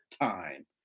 time